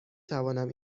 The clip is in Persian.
توانم